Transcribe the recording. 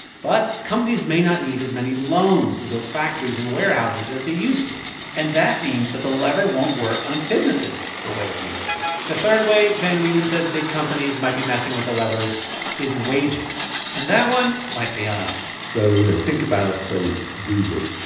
but companies may not need as many loans to build factories and warehouses that they used to and that means that the lever won't work on businesses the way it used to the third way van reenen says big companies might be messing with the levers is wages and that one might be on us so, you know, think about, say, google.